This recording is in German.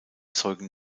zeugen